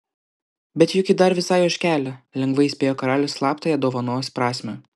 bet juk ji dar visai ožkelė lengvai įspėjo karalius slaptąją dovanos prasmę